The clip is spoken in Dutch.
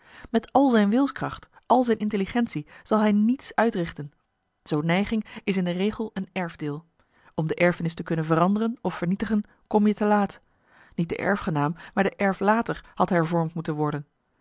met al zijn wilskracht al zijn intelligentie zal hij niets uitrichten zoo'n neiging is in de regel een erfdeel om de erfenis te kunnen veranderen of vernietigen kom je te laat niet de erfgenaam maar de erflater had hervormd moeten worden